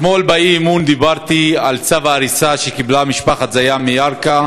אתמול באי-אמון דיברתי על צו ההריסה שקיבלה משפחת זיאן מירכא,